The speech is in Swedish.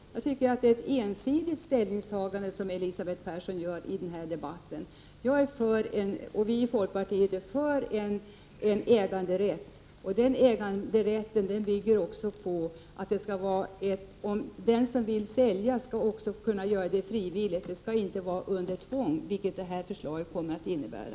Jag tycker det är ett ensidigt ställningstagande Elisabeth Persson gör i den här debatten. Vii folkpartiet är för äganderätten, och den äganderätten bygger på att den som vill sälja skall kunna göra det frivilligt. Det skall inte ske under tvång, vilket det här förslaget kommer att innebära.